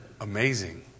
amazing